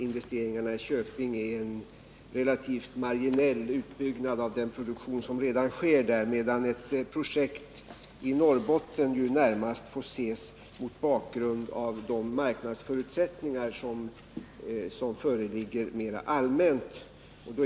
Investeringarna i Köping gäller en relativt marginell utökning av den produktion som redan sker där, medan ett projekt i Norrbotten ju närmast får ses mot bakgrund av de marknadsförutsättningar som föreligger mera allmänt.